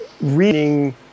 reading